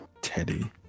Teddy